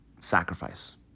sacrifice